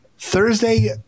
Thursday